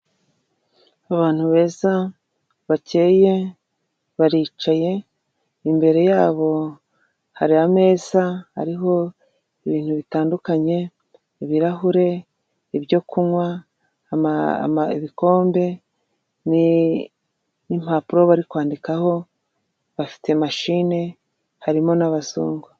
Abantu beza bakeye baricaye imbere yabo hari ameza ariho ibintu bitandukanye: ibirahure, ibyokunywa, ibikombe ni'impapuro bari kwandikaho bafite mashini harimo n'abazungu.